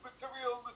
materialism